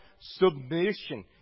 submission